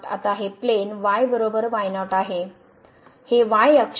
आता हे plane y y0 आहे हे y अक्ष आहे